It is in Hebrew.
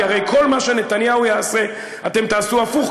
כי הרי כל מה שנתניהו יעשה אתם תעשו הפוך,